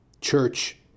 church